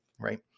right